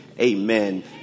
Amen